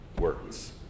words